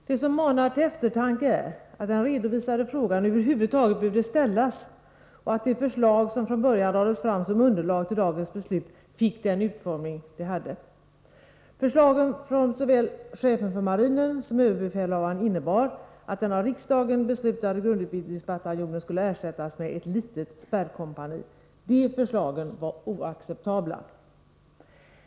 Det som manar till eftertanke är, att den redovisade frågan över huvud taget behövt ställas och att de förslag som från början lades fram som underlag till dagens beslut fick den utformning de fick. Förslagen från såväl chefen för marinen som överbefälhavaren innebar att den av riksdagen beslutade grundutbildningsbataljonen skulle ersättas med ett litet spärrkompani. De förslagen var oacceptabla.